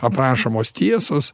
aprašomos tiesos